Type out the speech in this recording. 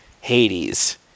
Hades